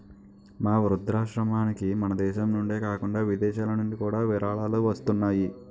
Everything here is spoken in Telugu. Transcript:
మా వృద్ధాశ్రమానికి మనదేశం నుండే కాకుండా విదేశాలనుండి కూడా విరాళాలు వస్తున్నాయి